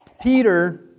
Peter